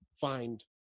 find